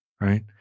right